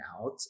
out